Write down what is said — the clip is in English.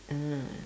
ah